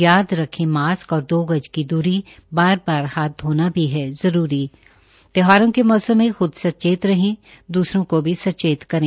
याद रखें मास्क और दो गज की द्री बार बार हाथ धोना भी है जरूरी त्यौहारों के मौसम में ख्द सचेत रहे और द्सरों को भी सचेत करें